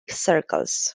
circles